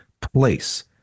place